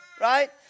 right